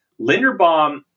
Linderbaum